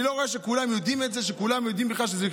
אני לא רואה שכולם יודעים שזה בכלל קיים.